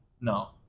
no